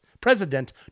president